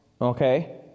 okay